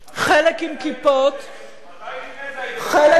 חלק עם כיפות, מתי לפני זה היית בבית-שמש?